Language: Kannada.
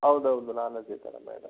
ಹೌದ್ ಹೌದು ನಾನೇ ಸೀತರಾಮ್